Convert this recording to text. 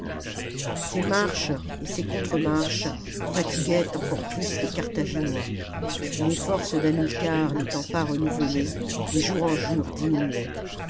ces marches et ces contremarches fatiguaient encore plus les carthaginois et les forces d'hamilcar n'étant pas renouvelées de jour en jour diminuaient